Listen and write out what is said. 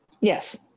Yes